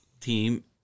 team